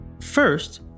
First